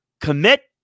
commit